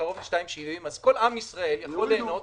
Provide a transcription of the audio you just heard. קרוב ל-2.70, אז כל עם ישראל יכול ליהנות